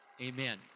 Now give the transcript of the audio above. amen